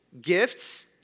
Gifts